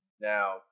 Now-